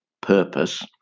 purpose